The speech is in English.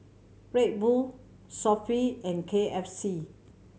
Red Bull Sofy and K F C